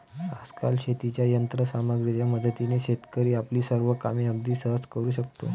आजकाल शेतीच्या यंत्र सामग्रीच्या मदतीने शेतकरी आपली सर्व कामे अगदी सहज करू शकतो